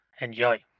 Enjoy